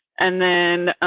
and then.